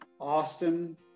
Austin